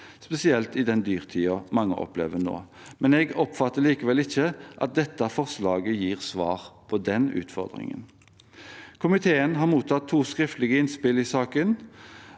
spesielt i den dyrtiden mange opplever nå. Men jeg oppfatter likevel ikke at dette forslaget gir svar på den utfordringen. Komiteen har mottatt to skriftlige innspill i saken.